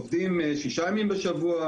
הם עובדים שישה ימים בשבוע,